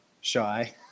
shy